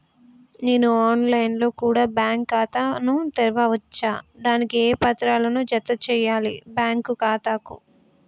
నేను online లో కూడా బ్యాంకు ఖాతా ను తెరవ వచ్చా? దానికి ఏ పత్రాలను జత చేయాలి బ్యాంకు ఖాతాకు?